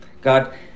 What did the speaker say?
God